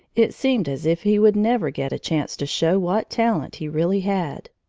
it seemed as if he would never get a chance to show what talent he really had.